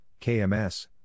KMS